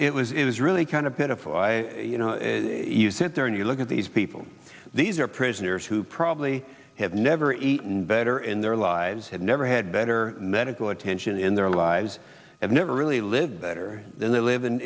it was it was really kind of pitiful i sit there and you look at these people these are prisoners who probably have never eaten better in their lives have never had better medical attention in their lives have never really lived better than they live in